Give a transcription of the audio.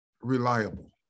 reliable